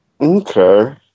Okay